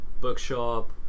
bookshop